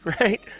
right